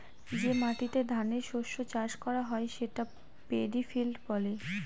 যে মাটিতে ধানের শস্য চাষ করা হয় সেটা পেডি ফিল্ড বলে